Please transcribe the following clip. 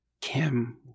kim